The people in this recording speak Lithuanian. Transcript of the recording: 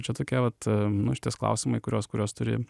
čia tokie vat nu išties klausimai kuriuos kuriuos turi